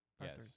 Yes